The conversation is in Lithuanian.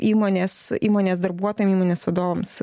įmonės įmonės darbuotojam įmonės vadovams